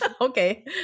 okay